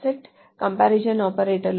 set comparison ఆపరేటర్లు